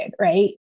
right